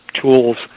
tools